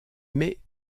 mais